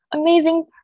amazing